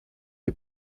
les